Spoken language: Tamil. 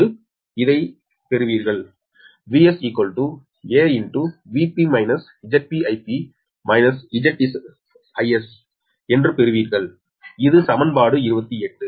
நீங்கள் இதை என்ன பெறுவீர்கள் 𝑽𝒔 𝒂 ∗𝑽𝒑−𝒁𝒑𝑰𝒑−𝒁𝒔 𝑰𝒔 இது சமன்பாடு 25